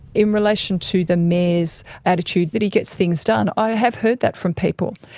in relation to the mayor's attitude that he gets things done, i have heard that from people,